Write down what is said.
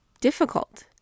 difficult